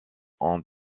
ont